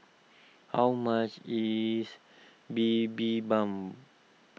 how much is Bibimbap